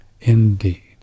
Indeed